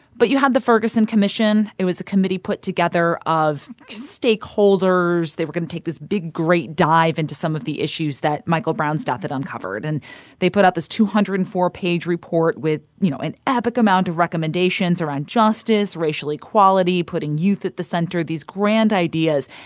but you had the ferguson commission. it was a committee put together of stakeholders. they were going to take this big, great dive into some of the issues that michael brown's death had uncovered. and they put out this two hundred and four page report with, you know, an epic amount of recommendations around justice, racial equality, putting youth at the center of these grand ideas.